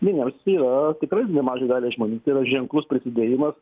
vieniems yra tikrai nemažai daliai žmonių tai yra ženklus prisidėjimas